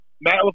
Matt